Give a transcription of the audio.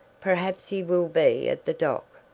perhaps he will be at the dock.